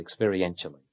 experientially